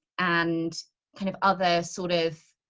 and kind of other sort of.